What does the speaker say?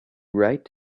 right